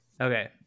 Okay